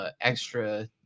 extra